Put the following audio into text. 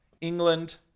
England